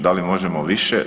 Da li možemo više?